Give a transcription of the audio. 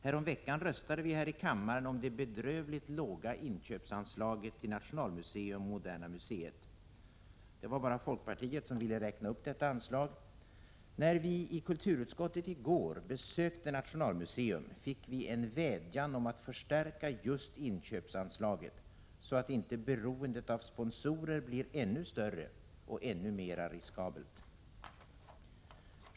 Häromveckan röstade vi här i kammaren om det bedrövligt låga inköpsanslaget till Nationalmuseum och Moderna museet. Det var bara folkpartiet som ville räkna upp detta anslag. När kulturutskottet i går besökte Nationalmuseum fick vi en vädjan om att förstärka just inköpsanslaget så att inte beroendet av sponsorer blir ännu större och ännu mera riskabelt.